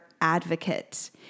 advocate